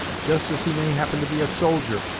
just as he may happen to be a soldier,